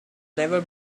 never